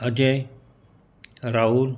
Ajay Rahul